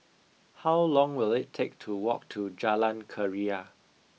how long will it take to walk to Jalan Keria